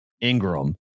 Ingram